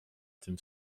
tym